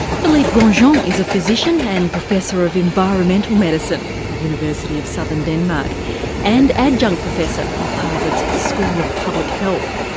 phillipe grandjean um is a physician and professor of environmental medicine at the university of southern denmark and adjunct professor at harvard's school of public health.